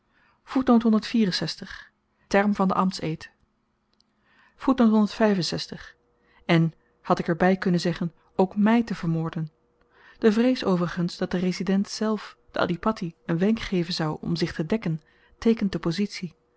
term van den ame en had ik er by kunnen zeggen ook my te vermoorden de vrees overigens dat de resident zelf den adhipatti n wenk geven zou om zich te dekken teekent de